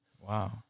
Wow